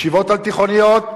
ישיבות על-תיכוניות,